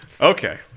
Okay